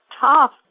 tough